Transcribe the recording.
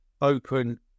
open